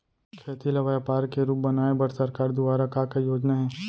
खेती ल व्यापार के रूप बनाये बर सरकार दुवारा का का योजना हे?